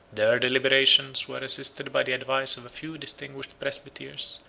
their deliberations were assisted by the advice of a few distinguished presbyters,